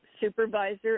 supervisor